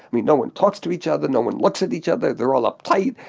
mean no one talks to each other, no one looks at each other. they're all uptight,